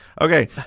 Okay